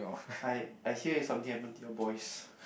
I I hear if something happen to the boys